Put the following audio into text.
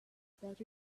that